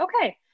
okay